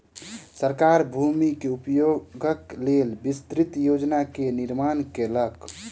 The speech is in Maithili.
सरकार भूमि के उपयोगक लेल विस्तृत योजना के निर्माण केलक